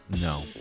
No